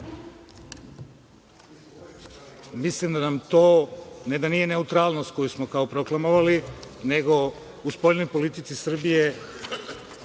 Zapad. Mislim da nam to, ne da nije neutralnost koju smo kao proklamovali, nego u spoljnoj politici Srbije,